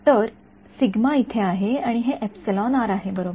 तर 𝜎 इथे आहे आणि हे आहे बरोबर